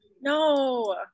No